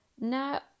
Now